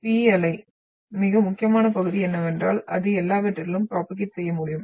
P அலை மிக முக்கியமான பகுதி என்னவென்றால் அது எல்லாவற்றிலும் ப்ரோபோகேட் செய்ய முடியும்